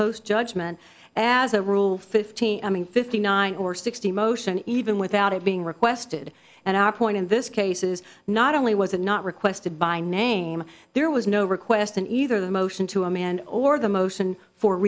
post judgment as a rule fifteen i mean fifty nine or sixty motion even without it being requested and our point in this case is not only was it not requested by name there was no request in either the motion to a man or the motion for